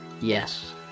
Yes